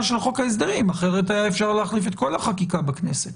של חוק ההסדרים כי אחרת היה אפשר להחליף את כל החקיקה בכנסת.